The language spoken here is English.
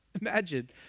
Imagine